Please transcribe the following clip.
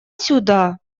сюда